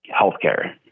healthcare